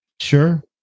Sure